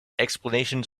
explanations